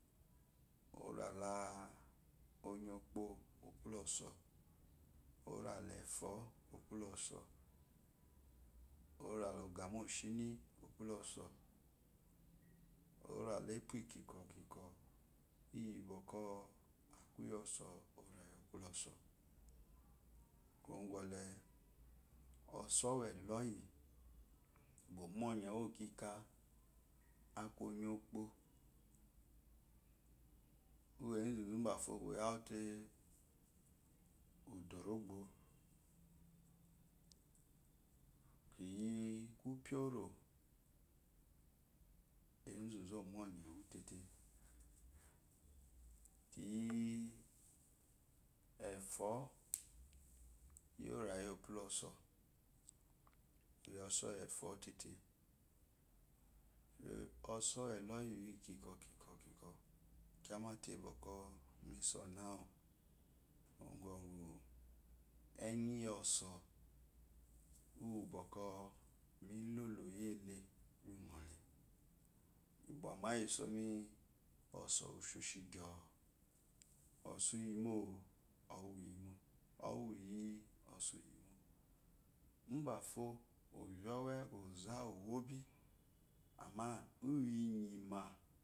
Orala onyokpo opula osa orla efo opuloso orala ogamoshini opoluloso orale epu kikwo kikwo iyiyokwo aku yoso orayi opuloso kuwo gole oso wwu doyi bwa omonyewu okiki oso wu onyokpo uwu enzuzu bafo oyawuute odarogbo kiyi kupyon enzzu omonye gutete kiyi efo yi orayi oopula oso pla oso wu efo tet oso wu eloyi uyi kikwo kiwo kyama tebwɔkwɔ misoyi awu enyi yoso yi bwɔkwɔ miloloyiele gba ingole mibwama iyisomi so usheshi gyoo oso uyimo owe uyimo owe uyi oso uyimo ubefo ovyeowe oza owobi amma uyi inyima.